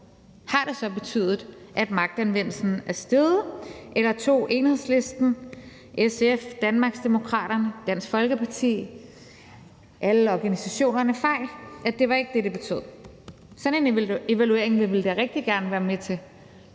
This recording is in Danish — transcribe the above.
om det så har betydet, at magtanvendelsen er steget, eller om Enhedslisten, SF, Danmarksdemokraterne, Dansk Folkeparti og alle organisationerne tog fejl: at det ikke var det, det betød. Sådan en evaluering vil vi da rigtig gerne være med til.